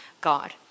God